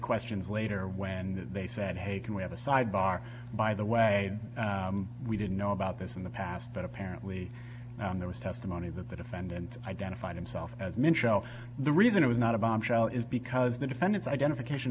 questions later when they said hey can we have a sidebar by the way we didn't know about this in the past but apparently there was testimony that the defendant identified himself as men show the reason it was not a bombshell is because the defendant's identification